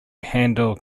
handle